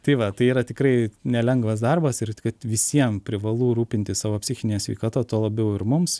tai va tai yra tikrai nelengvas darbas ir kad visiem privalu rūpintis savo psichine sveikata tuo labiau ir mums